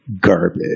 garbage